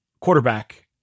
quarterback